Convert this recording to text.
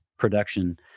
production